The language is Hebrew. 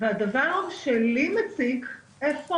הדבר שלי מציק, הוא איפה